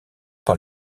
par